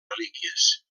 relíquies